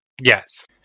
Yes